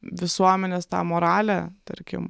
visuomenės tą moralę tarkim